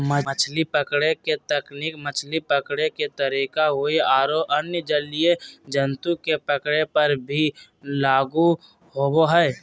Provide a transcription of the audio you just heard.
मछली पकड़े के तकनीक मछली पकड़े के तरीका हई आरो अन्य जलीय जंतु के पकड़े पर भी लागू होवअ हई